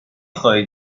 خواهید